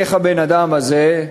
איך הבן-אדם הזה,